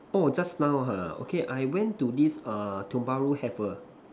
orh just now ha okay I went to this err Tiong-Bahru have a